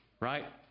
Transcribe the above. right